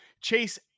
chase